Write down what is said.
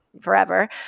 forever